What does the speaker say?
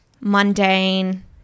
mundane